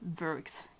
works